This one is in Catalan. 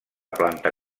planta